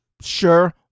sure